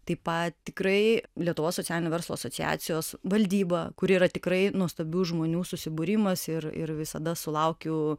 taip pat tikrai lietuvos socialinio verslo asociacijos valdyba kuri yra tikrai nuostabių žmonių susibūrimas ir ir visada sulaukiu